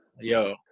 yo